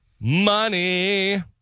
Money